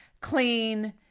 clean